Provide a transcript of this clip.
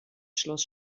schloss